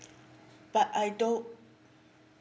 but I don't